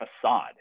facade